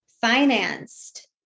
financed